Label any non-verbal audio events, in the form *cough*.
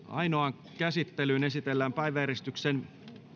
*unintelligible* ainoaan käsittelyyn esitellään päiväjärjestyksen